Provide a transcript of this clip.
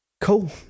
Cool